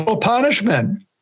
punishment